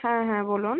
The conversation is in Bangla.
হ্যাঁ হ্যাঁ বলুন